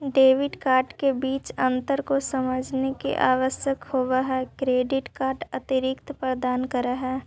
Debit card के बीच अंतर को समझे मे आवश्यक होव है क्रेडिट कार्ड अतिरिक्त प्रदान कर है?